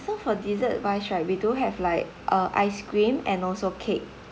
so for dessert wise right we do have like uh ice cream and also cake